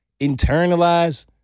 internalize